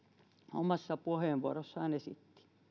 omassa puheenvuorossaan esitti